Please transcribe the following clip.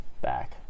back